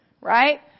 Right